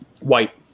white